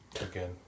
Again